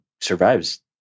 survives